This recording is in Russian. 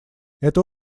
это